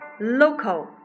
local